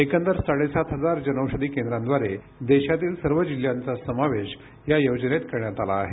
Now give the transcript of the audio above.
एकंदर साडेसात हजार जनौषधी केंद्रांद्वारे देशातील सर्व जिल्ह्यांचा समावेश या योजनेत करण्यात आला आहे